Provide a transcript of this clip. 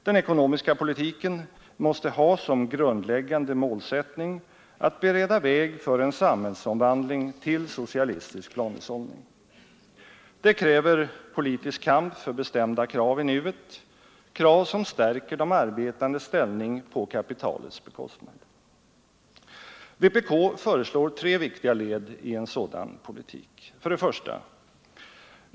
Den ekonomiska politiken måste ha som grundläggande målsättning att bereda väg för en samhällsomvandling till socialistisk planhushållning. Det kräver politisk kamp för bestämda krav i nuet, krav som stärker de arbetandes ställning på kapitalets bekostnad. Vpk föreslår tre viktiga led i en sådan politik: 1.